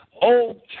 Old